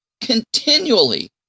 continually